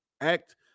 act